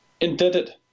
indebted